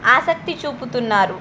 ఆసక్తి చూపుతున్నారు